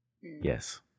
Yes